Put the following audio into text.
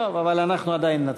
טוב, אבל אנחנו עדיין נצביע,